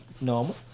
normal